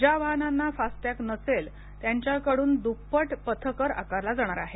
ज्या वाहनांना फास्टॅग नसेल त्यांच्याकडून द्प्पट पथकर आकारला जाणार आहे